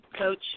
Coach